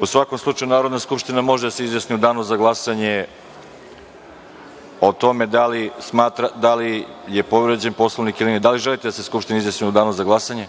U svakom slučaju, Narodna skupština može da se izjasni u danu za glasanje o tome da li smatra da li je povređen Poslovnik ili ne. Da li želite da se Skupština izjasni u danu za glasanje?